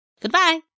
Goodbye